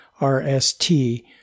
RST